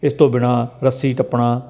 ਇਸ ਤੋਂ ਬਿਨਾ ਰੱਸੀ ਟੱਪਣਾ